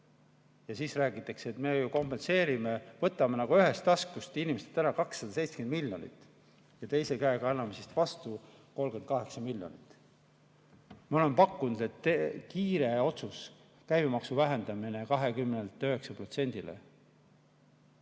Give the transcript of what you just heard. Ja siis räägitakse, et me ju kompenseerime, võtame ühest taskust inimestelt ära 270 miljonit ja teise käega anname vastu 38 miljonit. Me oleme pakkunud, et kiire otsus, käibemaksu vähendamine 20%‑lt